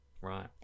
Right